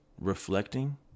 reflecting